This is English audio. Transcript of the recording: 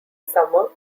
summer